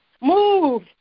move